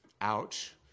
Ouch